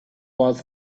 was